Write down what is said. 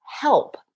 help